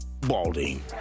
balding